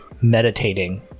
meditating